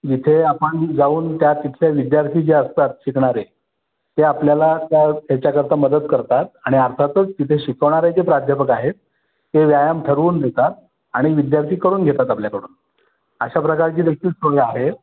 जिथे आपण जाऊन त्या तिथल्या विद्यार्थी जे असतात शिकणारे ते आपल्याला त्या ह्याच्याकरता मदत करतात आणि अर्थातच तिथे शिकवणारे जे प्राध्यापक आहेत ते व्यायाम ठरवून देतात आणि विद्यार्थी करून घेतात आपल्याकडून अशा प्रकारची देखील सोय आहेत